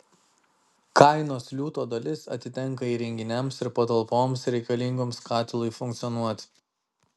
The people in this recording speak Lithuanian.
kainos liūto dalis atitenka įrenginiams ir patalpoms reikalingoms katilui funkcionuoti